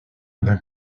d’un